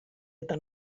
eta